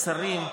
שרים,